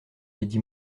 lady